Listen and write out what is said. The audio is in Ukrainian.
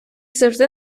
завжди